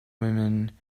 women